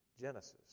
Genesis